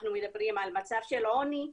אנחנו מדברים על מצב של עוני.